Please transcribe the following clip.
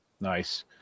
Nice